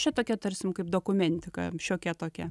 čia tokia tarsim kaip dokumentika šiokia tokia